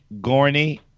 Gorney